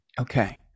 Okay